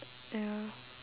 ya